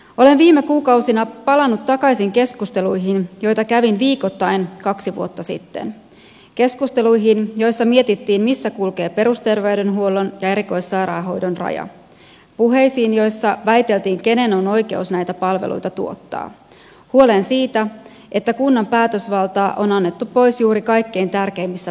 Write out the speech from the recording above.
olen viime kuukausina palannut takaisin keskusteluihin joita kävin viikoittain kaksi vuotta sitten keskusteluihin joissa mietittiin missä kulkee perusterveydenhuollon ja erikoissairaanhoidon raja puheisiin joissa väiteltiin kenen on oikeus näitä palveluita tuottaa huoleen siitä että kunnan päätösvaltaa on annettu pois juuri kaikkein tärkeimmissä palveluissa